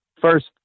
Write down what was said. First